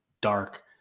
dark